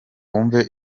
wumve